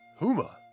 Huma